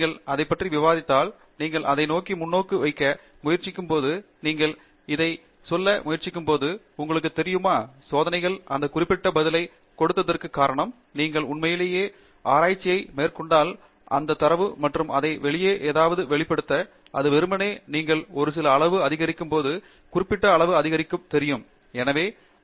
நீங்கள் அதைப் பற்றி விவாதித்தால் நீங்கள் அதை நோக்கி முன்னோக்கு வைக்க முயற்சிக்கும் போது நீங்கள் இதைச் சொல்ல முயற்சிக்கும்போது உங்களுக்குத் தெரியுமா சோதனைகள் அந்த குறிப்பிட்ட பதிலைக் கொடுத்ததற்கு காரணம் நீங்கள் உண்மையிலேயே ஆராய்ச்சியை மேற்கொண்டால் அந்த தரவு மற்றும் அதை வெளியே ஏதாவது வெளிப்படுத்த இது வெறுமனே நீங்கள் ஒரு சில அளவுரு அதிகரிக்க போது குறிப்பிட்ட அளவுரு அதிகரிக்கும் தெரியும் என்று விட இது